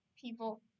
people